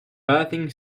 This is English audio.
bathing